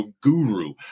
guru